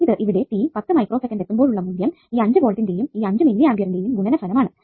ഇത് ഇവിടെ t 10 micro second എത്തുമ്പോഴുള്ള മൂല്യം ഈ 5 വോൾട്ടിന്റെയും ഈ 5 മില്ലി ആംപിയറിന്റെയും ഗുണനഫലം ആണ്